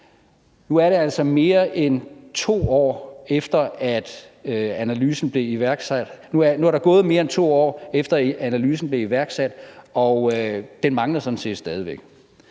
Nu er der altså gået mere end 2 år, siden analysen blev iværksat, og den mangler sådan